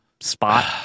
spot